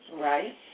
Right